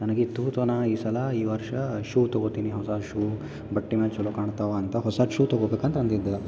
ನನಗೆ ತೂತನ ಈ ಸಲ ಈ ವರ್ಷ ಶೂ ತಗೋತೀನಿ ಹೊಸ ಶೂ ಬಟ್ಟೆನೂ ಚಲೋ ಕಾಣ್ತವಂತ ಹೊಸ ಶೂ ತಗೋಬೇಕಂತ ಅಂದಿದ್ದೆ